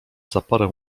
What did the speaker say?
zaporę